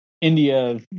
India